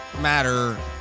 matter